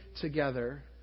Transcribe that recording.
together